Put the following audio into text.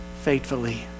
faithfully